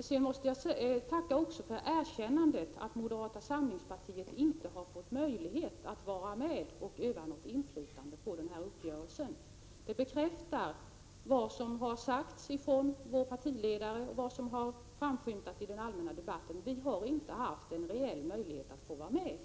Sedan måste jag också tacka för erkännandet att moderata samlingspartiet inte har fått möjlighet att vara med och utöva något inflytande på den här uppgörelsen. Det bekräftar vad som har sagts av vår partiledare och vad som har framskymtat i den allmänna debatten: vi har inte haft en reell möjlighet att vara med.